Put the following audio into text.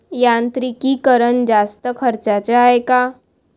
यांत्रिकीकरण जास्त खर्चाचं हाये का?